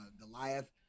Goliath